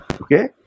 Okay